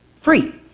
free